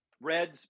Reds